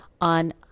on